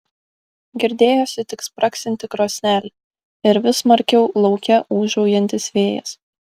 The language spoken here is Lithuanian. girdėjosi tik spragsinti krosnelė ir vis smarkiau lauke ūžaujantis vėjas